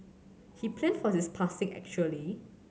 he planned for his passing actually